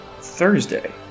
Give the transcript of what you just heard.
thursday